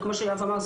וכמו שיואב אמר,